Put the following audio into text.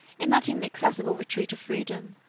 in that inaccessible retreat of freedom,